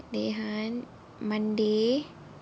dehan monday four P_M